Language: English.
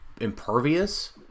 impervious